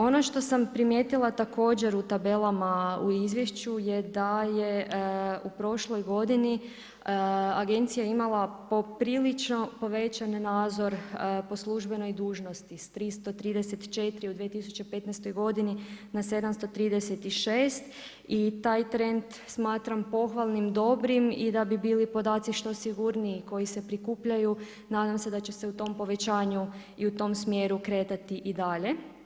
Ono što sam primijetila također u tabelama u Izvješću je da je u prošloj godini Agencija imala poprilično povećan nadzor po službenoj dužnosti sa 334 u 2015. godini na 736 i taj trend smatram pohvalnim, dobrim i da bi bili podaci što sigurniji koji se prikupljaju nadam se da će se u tom povećanju i u tom smjeru kretati i dalje.